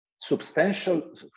Substantial